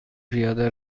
پیاده